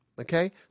Okay